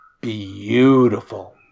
beautiful